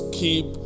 keep